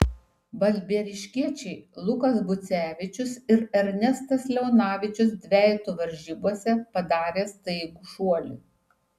balbieriškiečiai lukas bucevičius ir ernestas leonavičius dvejetų varžybose padarė staigų šuolį